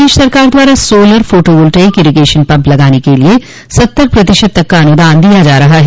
प्रदेश सरकार द्वारा solar photovoltaic irrigation pump लगाने के लिए सत्तर प्रतिशत तक का अनुदान दिया जा रहा है